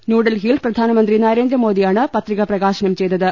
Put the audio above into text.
ന്യൂഡൽഹിയിൽ പ്രധാന മന്ത്രി നരേന്ദ്രമോദിയാണ് പത്രിക പ്രകാശനം ചെയ്തത്